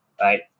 right